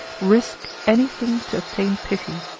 risque any thing to obtain pity.